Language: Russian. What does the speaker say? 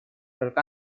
только